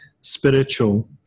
spiritual